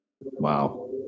Wow